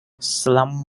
salem